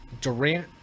Durant